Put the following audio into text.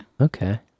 Okay